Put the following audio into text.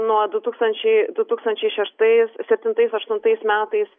nuo du tūkstančiai du tūkstančiai šeštais septintais aštuntais metais